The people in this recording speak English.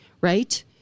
Right